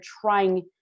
trying